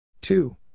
Two